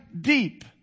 deep